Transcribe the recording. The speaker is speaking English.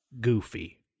goofy